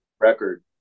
record